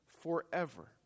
forever